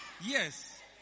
Yes